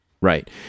Right